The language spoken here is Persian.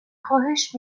خواهش